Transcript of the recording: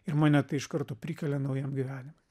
ir mane tai iš karto prikelia naujam gyvenimui